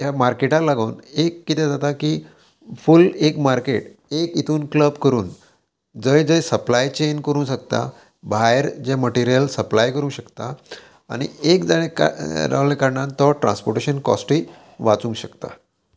ह्या मार्केटाक लागून एक कितें जाता की फूल एक मार्केट एक हितून क्लब करून जंय जंय सप्लाय चेन करूं शकता भायर जें मटिरीयल सप्लाय करूंक शकता आनी एक जाणें रावले कारणान तो ट्रान्सपोर्टेशन कॉस्टूय वाचूंक शकता